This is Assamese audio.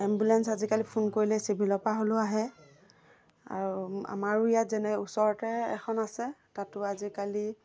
এম্বুলেন্স আজিকালি ফোন কৰিলে চিভিলৰ পৰা হ'লেও আহে আৰু আমাৰো ইয়াত যেনে ওচৰতে এখন আছে তাতো আজিকালি